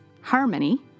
harmony